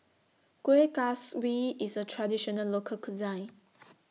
Kuih Kaswi IS A Traditional Local Cuisine